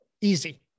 Easy